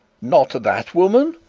not that woman!